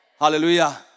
Hallelujah